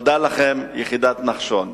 תודה לכם, יחידת נחשון.